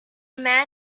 man